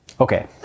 Okay